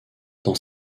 dans